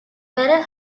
pearl